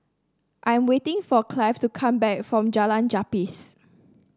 I am waiting for Clive to come back from Jalan Gapis